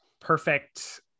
perfect